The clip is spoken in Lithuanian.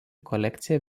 kolekcija